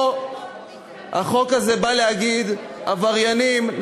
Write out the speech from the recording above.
פה החוק הזה בא להגיד: עבריינים,